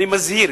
אני מזהיר,